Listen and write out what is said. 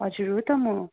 हजुर हो त म